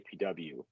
APW